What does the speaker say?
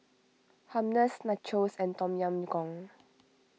Humnus Nachos and Tom Yam Goong